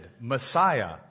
Messiah